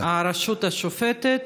הרשות השופטת,